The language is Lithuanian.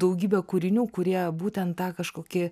daugybė kūrinių kurie būtent tą kažkokį